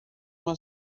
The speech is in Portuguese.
uma